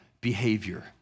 behavior